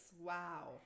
Wow